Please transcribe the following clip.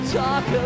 talk